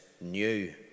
new